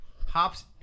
Hops